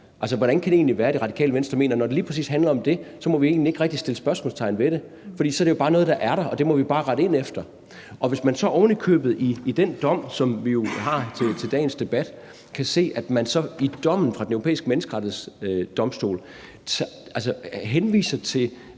hvordan kan det egentlig være, at Det Radikale Venstre mener, at når det lige præcis handler om det, må vi egentlig ikke rigtig sætte spørgsmålstegn ved det, for så er det jo bare noget, der er der, og det må vi bare rette ind efter, også hvis man så ovenikøbet i den dom, som vi jo har til dagens debat, kan se, at man i dommen fra Den Europæiske Menneskerettighedsdomstol henviser til